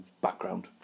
background